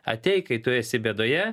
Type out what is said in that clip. ateik kai tu esi bėdoje